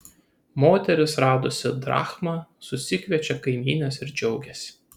moteris radusi drachmą susikviečia kaimynes ir džiaugiasi